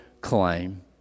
claim